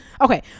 okay